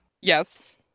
Yes